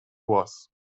was